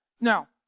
Now